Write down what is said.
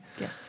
Yes